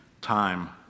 time